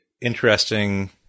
interesting